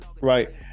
Right